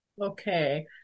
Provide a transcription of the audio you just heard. Okay